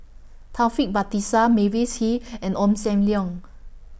Taufik Batisah Mavis Hee and Ong SAM Leong